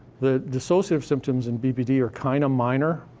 that dissociative symptoms in bpd are kind of minor.